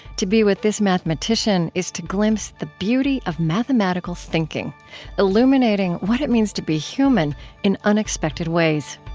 to be with this mathematician is to glimpse the beauty of mathematical thinking illuminating what it means to be human in unexpected ways